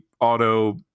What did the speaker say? auto